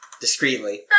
Discreetly